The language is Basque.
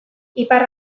ipar